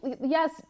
yes